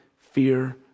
fear